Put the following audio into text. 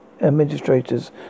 administrators